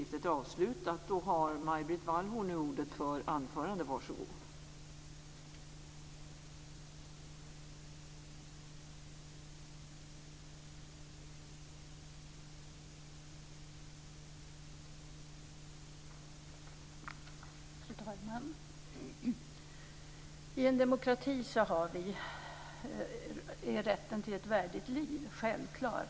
Fru talman! I en demokrati är rätten till ett värdigt liv självklar.